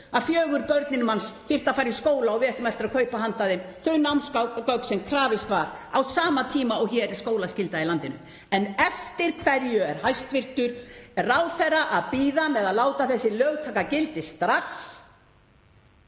að fjögur börnin manns þyrftu að fara í skóla og við ættum eftir að kaupa handa þeim þau námsgögn sem krafist var á sama tíma og hér er skólaskylda í landinu. En eftir hverju er hæstv. ráðherra að bíða með að láta þessi lög ekki taka gildi strax